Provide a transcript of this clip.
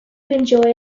enjoy